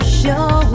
show